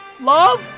Love